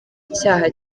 icyaha